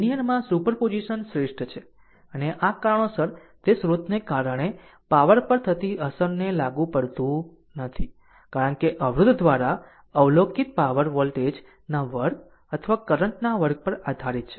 linear માં superposition શ્રેષ્ઠ છે અને આ કારણોસર તે સ્રોતને કારણે પાવર પર થતી અસરને લાગુ પડતું નથી કારણ કે અવરોધ દ્વારા અવલોકિત પાવર વોલ્ટેજ ના વર્ગ અથવા કરંટ ના વર્ગ પર આધારિત છે